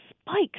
spikes